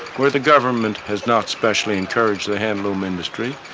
where the government has not specially encouraged the handloom industry,